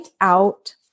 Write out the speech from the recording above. out